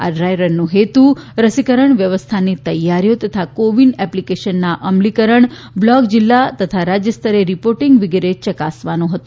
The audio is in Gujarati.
આ ડ્રાયરનનો હેતુ રસીકરણ વ્યવસ્થાની તૈયારીઓ તથા કો વિન એપ્લીકેશનના અમલીકરણ બ્લોક જિલ્લા તથા રાજ્ય સ્તરે રિપોર્ટિંગ વિગેરે ચકાસવાનો હતો